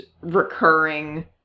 recurring